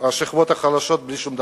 את השכבות החלשות בלי שום דבר.